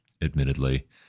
admittedly